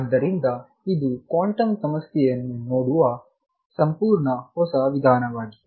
ಆದ್ದರಿಂದ ಇದು ಕ್ವಾಂಟಮ್ ಸಮಸ್ಯೆಯನ್ನು ನೋಡುವ ಸಂಪೂರ್ಣ ಹೊಸ ವಿಧಾನವಾಗಿದೆ